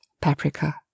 paprika